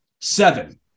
Seven